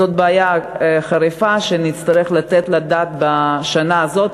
זאת בעיה חריפה שנצטרך לתת עליה את הדעת בשנה הזאת,